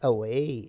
Away